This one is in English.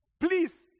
Please